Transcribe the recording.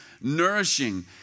nourishing